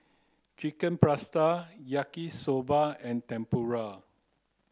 Chicken Pasta Yaki soba and Tempura